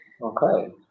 Okay